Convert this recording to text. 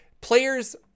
players